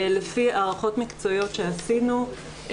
לפי הערכות מקצועיות שעשינו.